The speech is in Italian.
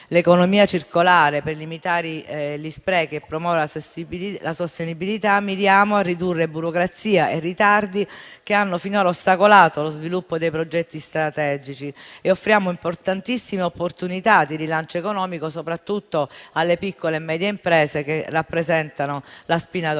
l'economia circolare per limitare gli sprechi e promuovere la sostenibilità, miriamo a ridurre burocrazia e ritardi, che hanno finora ostacolato lo sviluppo dei progetti strategici, e offriamo importantissime opportunità di rilancio economico soprattutto alle piccole e medie imprese, che rappresentano la spina dorsale